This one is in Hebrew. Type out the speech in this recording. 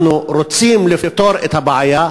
אנחנו רוצים לפתור את הבעיה.